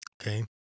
Okay